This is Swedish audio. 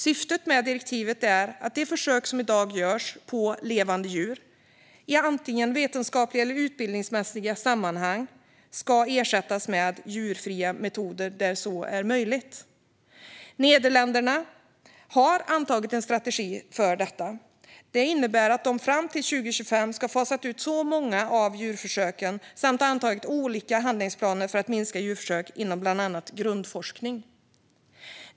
Syftet med direktivet är att de försök som i dag görs på levande djur, i antingen vetenskapliga eller utbildningsmässiga sammanhang, ska ersättas med djurfria metoder där så är möjligt. Nederländerna har antagit en strategi för detta. Det innebär att de fram till 2025 ska ha fasat ut många av djurförsöken samt ha antagit olika handlingsplaner för att minska djurförsök inom bland annat grundforskning.